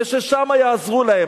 וששם יעזרו להם.